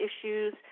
issues